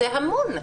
זה המון.